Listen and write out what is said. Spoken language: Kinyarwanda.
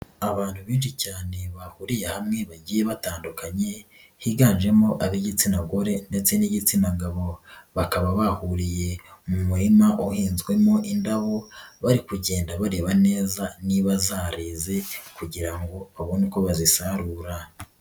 Abantu benshi cyane bahuriye hamwe bagiye batandukanye higanjemo ab'igitsina gore ndetse n'igitsina gabo, bakaba bahuriye mu murima uhinzwemo indabo, bari kugenda bareba neza niba zareze kugira ngo babone uko bazisarura.